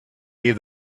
gave